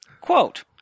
Quote